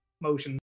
motion